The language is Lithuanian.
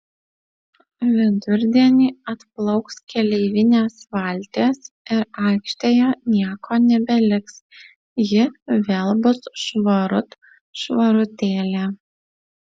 vidurdienį atplauks keleivinės valtys ir aikštėje nieko nebeliks ji vėl bus švarut švarutėlė